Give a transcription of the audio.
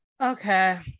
okay